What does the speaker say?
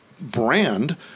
brand